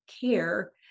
care